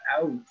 out